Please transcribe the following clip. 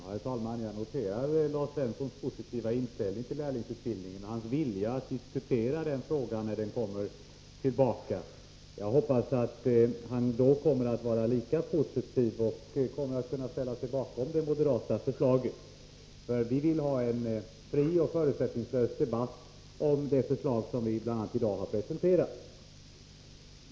Herr talman! Jag noterar Lars Svenssons positiva inställning till lärlingsutbildningen och hans vilja att diskutera den frågan när den kommer tillbaka. Jag hoppas att han då kommer att vara lika positiv och att han ställer sig bakom det moderata förslaget. Vi vill ha en fri och förutsättningslös debatt om det förslag som vi, bl.a. i dag, har presenterat.